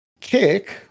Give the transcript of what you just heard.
Kick